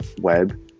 web